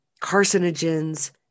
carcinogens